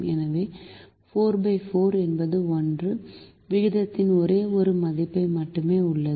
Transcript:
எனவே 44 என்பது 1 விகிதத்தின் ஒரே ஒரு மதிப்பு மட்டுமே உள்ளது